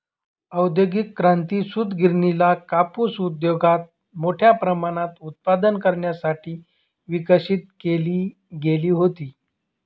औद्योगिक क्रांती, सूतगिरणीला कापूस उद्योगात मोठ्या प्रमाणात उत्पादन करण्यासाठी विकसित केली गेली होती